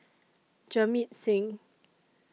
Jamit Singh